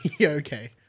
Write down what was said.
Okay